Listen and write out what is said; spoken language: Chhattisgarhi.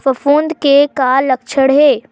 फफूंद के का लक्षण हे?